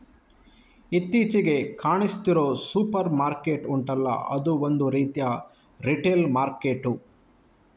ಇತ್ತೀಚಿಗೆ ಕಾಣಿಸ್ತಿರೋ supermarket ಉಂಟಲ್ಲ ಅದೂ ಒಂದು ರೀತಿಯ ರಿಟೇಲ್ ಮಾರ್ಕೆಟ್ಟೇ